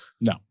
No